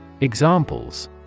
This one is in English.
Examples